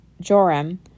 Joram